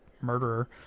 murderer